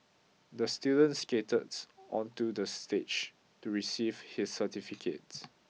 the student skated onto the stage to receive his certificate